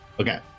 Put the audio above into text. Okay